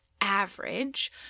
average